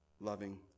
loving